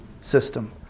system